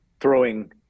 throwing